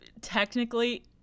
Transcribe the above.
technically